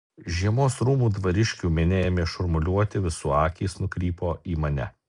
žiemos rūmų dvariškių minia ėmė šurmuliuoti visų akys nukrypo į mane